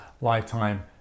lifetime